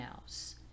else